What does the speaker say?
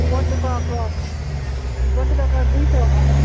बटुकाको बटुकाको दुई सय हो